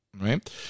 Right